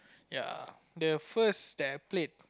ya the first that I played